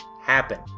happen